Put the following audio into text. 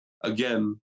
again